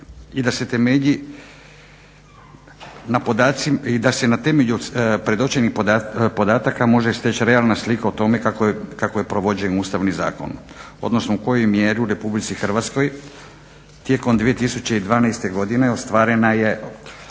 i da se na temelju predočenih podataka može steći realna slika o tome kako je provođen Ustavnim zakonom, odnosno u kojoj mjeri u RH tijekom 2012.godine ostvarivana